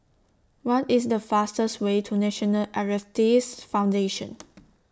What IS The fastest Way to National Arthritis Foundation